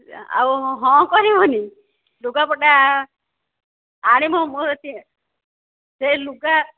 ଆଉ ହଁ କରିବନି ଲୁଗାପଟା ଆଣିବ ସେ ଲୁଗା